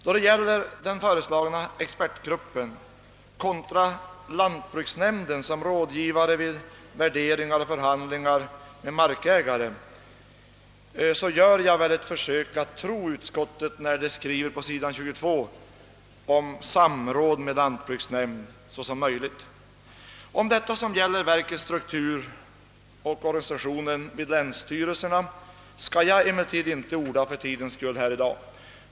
Då det gäller den föreslagna expertgruppen kontra lantbruksnämnden som rådgivare vid värdering av mark vid förhandlingar med markägare, vill jag försöka tro på möjligheten av, som utskottet på s. 22 skriver, »samråd med lantbruksnämnd». Jag skall i dag inte orda om vad som gäller verkets struktur och dess förhållande till länsstyrelserna.